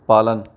पालन